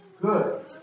good